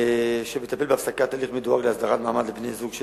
שמטפל בהפסקת הליך מדורג להסדרת מעמד לבני-זוג של